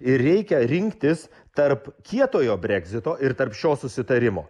ir reikia rinktis tarp kietojo breksito ir tarp šio susitarimo